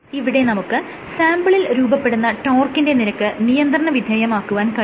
ഇവിടെ നമുക്ക് സാംപിളിൽ രൂപപ്പെടുന്ന ടോർക്കിന്റെ നിരക്ക് നിയന്ത്രണവിധേയമാക്കുവാൻ കഴിയും